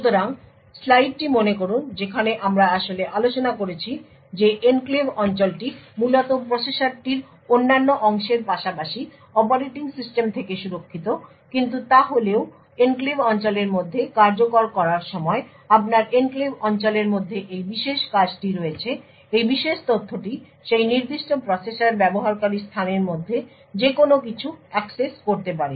সুতরাং স্লাইডটি মনে করুন যেখানে আমরা আসলে আলোচনা করেছি যে এনক্লেভ অঞ্চলটি মূলত প্রসেসটির অন্যান্য অংশের পাশাপাশি অপারেটিং সিস্টেম থেকে সুরক্ষিত কিন্তু তাহলেও এনক্লেভ অঞ্চলের মধ্যে কার্যকর করার সময় আপনার এনক্লেভ অঞ্চলের মধ্যে এই বিশেষ কাজটি রয়েছে এই বিশেষ তথ্যটি সেই নির্দিষ্ট প্রসেসের ব্যবহারকারী স্থানের মধ্যে যেকোনো কিছু অ্যাক্সেস করতে পারে